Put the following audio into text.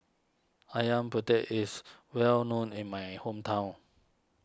Ayam Penyet is well known in my hometown